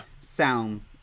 sound